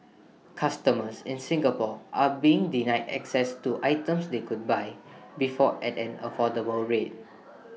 customers in Singapore are being denied access to items they could buy before at an affordable rate